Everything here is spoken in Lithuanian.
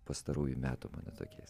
pastarųjų metų mano tokia